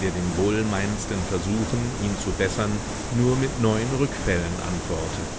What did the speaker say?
der den wohlmeinendsten versuchen ihn zu bessern nur mit neuen rückfällen antworte